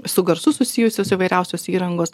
su garsu susijusios įvairiausios įrangos